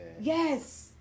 yes